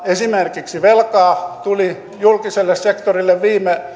esimerkiksi velkaa tuli julkiselle sektorille viime